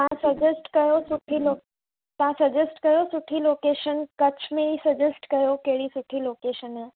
तव्हां सजेस्ट कयो सुठी लोक तव्हां सजेस्ट कयो सुठी लोकेशन कच्छ में ई सजेस्ट कयो कहिड़ी सुठी लोकेशन आहे